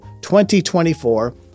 2024